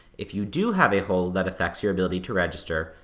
if you do have a hold that affects your ability to register,